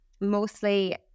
mostly